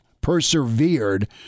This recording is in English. persevered